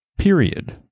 period